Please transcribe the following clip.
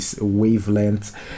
wavelength